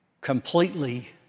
completely